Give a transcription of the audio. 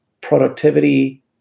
productivity